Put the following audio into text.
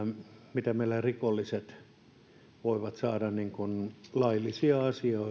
miten meillä rikolliset voivat saada laillisia